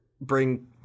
bring